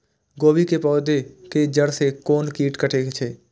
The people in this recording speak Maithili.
गोभी के पोधा के जड़ से कोन कीट कटे छे?